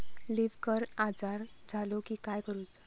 Leaf curl आजार झालो की काय करूच?